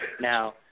Now